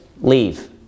leave